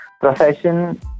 profession